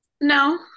No